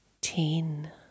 ten